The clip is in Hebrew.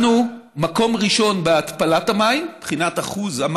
אנחנו מקום ראשון בהתפלת המים מבחינת שיעור